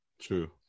True